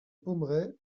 pommeraie